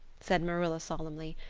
said marilla solemnly,